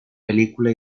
película